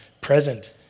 present